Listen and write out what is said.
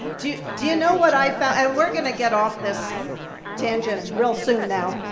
do do you know what i found? and we're gonna get off this tangent real soon now.